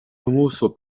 famoso